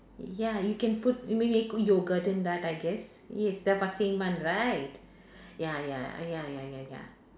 ya you can put you may put yogurt in that I guess yes that was same one right ya ya ya ya ya ya